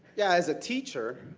yeah, as a teacher,